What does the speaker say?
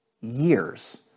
years